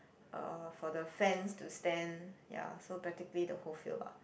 um for the fans to stand ya so practically the whole field lah